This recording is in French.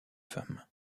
femme